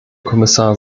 kommissar